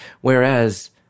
Whereas